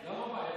מהעברית.